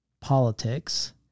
politics